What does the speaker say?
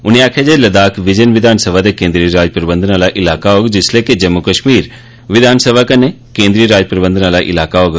उनें आखेआ जे लद्दाख बिजन विधानसभा दे केन्द्री राज प्रबंधन आह्ला इलाका होग जिसलै के जम्मू कश्मीर विधानसभा कन्नै केन्द्री राज प्रबंधन आह्ला इलाका होग